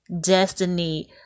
destiny